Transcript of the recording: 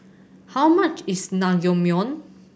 how much is Naengmyeon